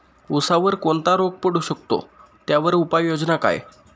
ऊसावर कोणता रोग पडू शकतो, त्यावर उपाययोजना काय?